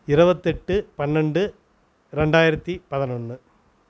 இருபத்தெட்டு பன்னெண்டு ரெண்டாயிரத்தி பதினொன்னு